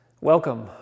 Welcome